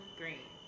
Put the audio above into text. green